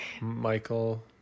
Michael